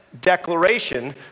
declaration